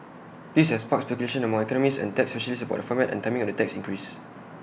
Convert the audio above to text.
this has sparked speculation among economists and tax specialists about the format and timing of the tax increase